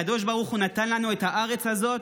הקדוש ברוך הוא נתן לנו את הארץ הזאת,